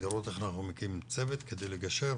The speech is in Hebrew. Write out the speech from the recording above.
לראות איך אנחנו מקימים צוות כדי לגשר.